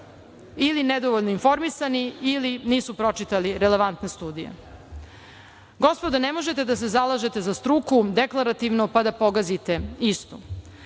ili nedovoljno informisani ili nisu pročitali relevantne studije. Gospodo, ne možete da se zalažete za struku deklarativno, pa da pogazite